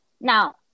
now